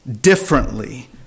differently